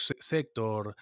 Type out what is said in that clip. sector